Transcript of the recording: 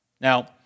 Now